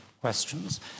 questions